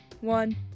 one